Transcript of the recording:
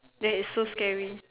that is so scary